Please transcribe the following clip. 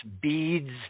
beads